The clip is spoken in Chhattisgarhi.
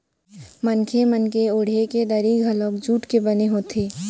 मनखे मन के ओड़हे के दरी घलोक जूट के बने होथे